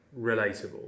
relatable